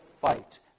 fight